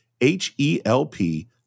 H-E-L-P